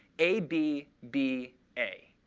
a b b a.